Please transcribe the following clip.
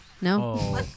No